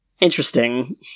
Interesting